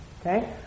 Okay